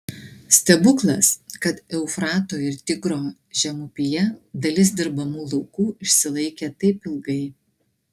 stebuklas kad eufrato ir tigro žemupyje dalis dirbamų laukų išsilaikė taip ilgai